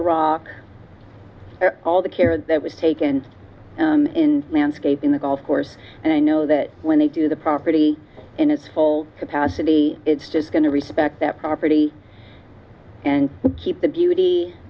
rock all the care that was taken in landscape in the golf course and i know that when they do the property in its full capacity it's just going to respect that property and keep the beauty